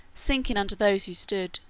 sinking under those who stood,